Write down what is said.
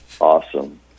Awesome